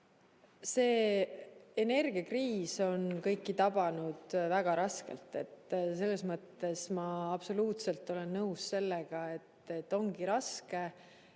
Energiakriis on kõiki tabanud väga raskelt. Selles mõttes ma olen täiesti nõus sellega, et ongi raske.